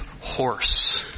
horse